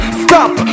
stop